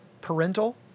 parental